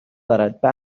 دارد، به